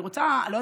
אני לא יודעת